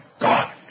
God